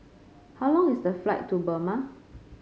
how long is the flight to Burma